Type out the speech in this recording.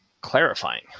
clarifying